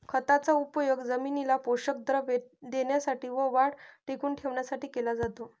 खताचा उपयोग जमिनीला पोषक द्रव्ये देण्यासाठी व वाढ टिकवून ठेवण्यासाठी केला जातो